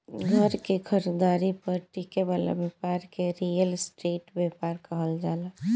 घर के खरीदारी पर टिके वाला ब्यपार के रियल स्टेट ब्यपार कहल जाला